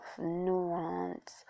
nuance